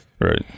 Right